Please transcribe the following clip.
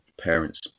parents